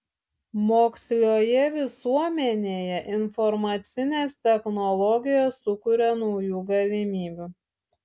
moksliojoje visuomenėje informacinės technologijos sukuria naujų galimybių